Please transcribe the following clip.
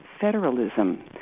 federalism